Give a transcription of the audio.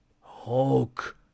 hulk